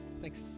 Thanks